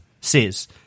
says